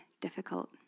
difficult